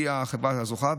החברה הזוכה,